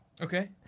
Okay